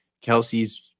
Kelsey's